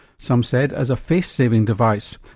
some said as a face-saving device,